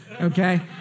Okay